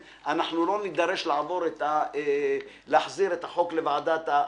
אנחנו לא נידרש להחזיר את הצעת החוק לוועדת השרים.